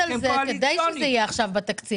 הוא עובד על זה כדי שזה יהיה עכשיו בתקציב.